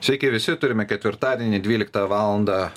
sveiki visi turime ketvirtadienį dvyliktą valandą